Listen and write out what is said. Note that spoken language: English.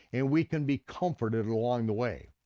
and we can be comforted along the way.